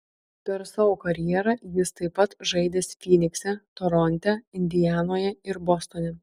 per savo karjerą jis taip pat žaidęs fynikse toronte indianoje ir bostone